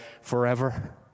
forever